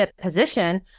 position